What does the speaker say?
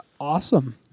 Awesome